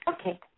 Okay